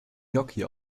gnocchi